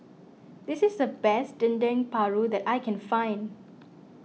this is the best Dendeng Paru that I can find